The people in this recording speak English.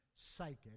psychic